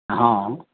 हँ